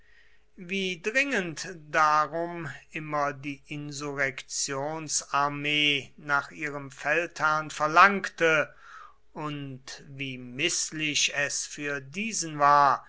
wie dringend darum immer die insurrektionsarmee nach ihrem feldherrn verlangte und wie mißlich es für diesen war